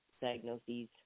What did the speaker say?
diagnoses